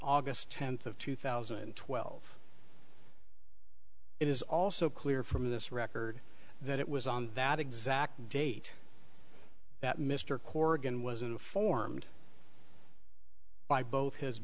august tenth of two thousand and twelve it is also clear from this record that it was on that exact date that mr corrigan was informed by both his